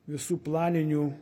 visų planinių